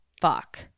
fuck